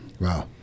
Wow